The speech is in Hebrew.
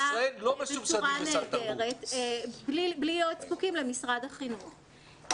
בצורה נהדרת בלי להיות זקוקים למשרד החינוך.